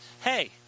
Hey